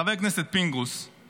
חבר הכנסת פינדרוס,